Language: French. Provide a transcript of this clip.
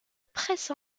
presse